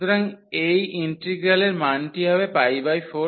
সুতরাং এই ইন্টিগ্রালের মানটি হবে 4a